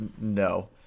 no